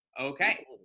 Okay